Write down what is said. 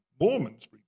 Mormons